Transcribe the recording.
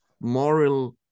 moral